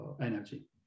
energy